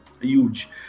huge